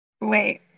wait